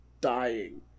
dying